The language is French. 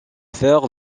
faire